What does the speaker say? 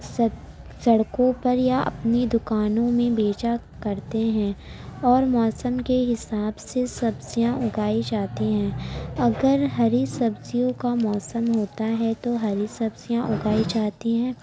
سک سڑکوں پر یا اپنی دکانوں میں بیچا کرتے ہیں اور موسم کے حساب سے سبزیاں اگائی جاتی ہیں اگر ہری سبزیوں کا موسم ہوتا ہے تو ہری سبزیاں اگائی جاتی ہیں